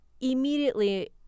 immediately